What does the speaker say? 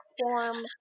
form